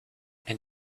and